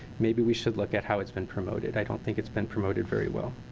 maybe we should look at how it's been promoted, i don't think it's been promoted very well.